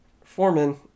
Foreman